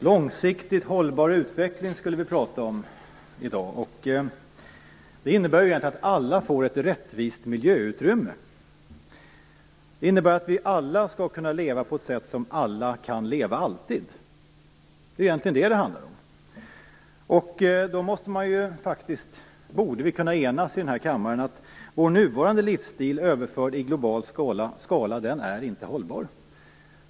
Fru talman! Vi skall i dag prata om långsiktigt hållbar utveckling. Det innebär att alla får ett rättvist miljöutrymme. Det innebär att vi alla skall kunna leva på ett sätt som alla alltid skall kunna leva på. Det är vad det egentligen handlar om. Då borde vi i denna kammare kunna enas om att vår nuvarande livsstil överförd i global skala inte är hållbar.